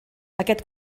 aquest